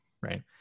right